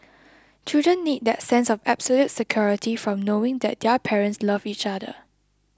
children need that sense of absolute security from knowing that their parents love each other